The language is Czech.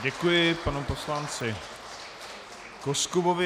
Děkuji panu poslanci Koskubovi.